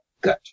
good